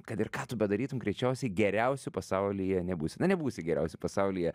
kad ir ką tu bedarytum greičiausiai geriausiu pasaulyje nebūsi na nebūsi geriausiu pasaulyje